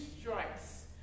strikes